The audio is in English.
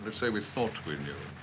but say we thought we knew.